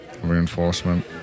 Reinforcement